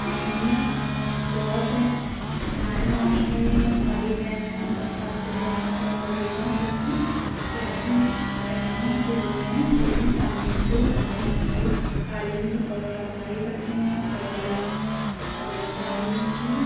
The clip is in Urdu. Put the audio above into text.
اہمیت بہت ہے ہمارے معاشرے میں والدین اساتذہ اور یہاں تک کہ سیاسی رہنما جو ہوتے ہیں وہ بھی تعلیم کو حوصلہ افزائی تعلیم کی حوصلہ افزائی کرتے ہیں اور تعلیم کی